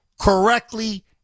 correctly